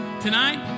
tonight